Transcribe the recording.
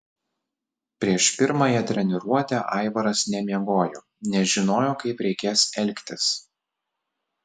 prieš pirmąją treniruotę aivaras nemiegojo nežinojo kaip reikės elgtis